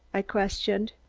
i questioned.